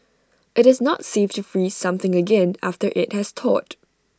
IT is not safe to freeze something again after IT has thawed